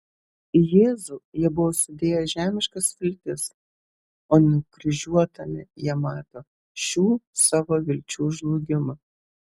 į jėzų jie buvo sudėję žemiškas viltis o nukryžiuotame jie mato šių savo vilčių žlugimą